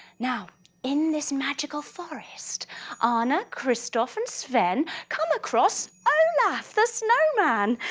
now in this magical forest um anna, christophe and sven come across, and the snowman!